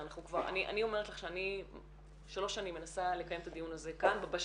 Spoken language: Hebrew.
6,000, אלה כל